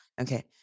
Okay